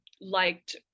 liked